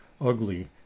ugly